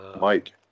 Mike